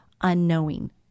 unknowing